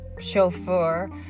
chauffeur